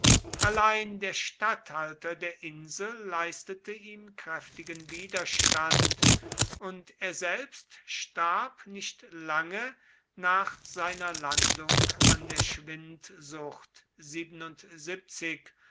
allein der statthalter der insel leistete ihm kräftigen widerstand und er selbst starb nicht lange nach seiner landung an der schwindsucht